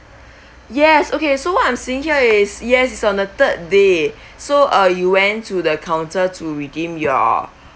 yes okay so what I'm seeing here is yes it's on the third day so uh you went to the counter to redeem your